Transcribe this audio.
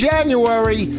January